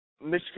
Michigan